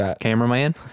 cameraman